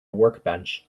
workbench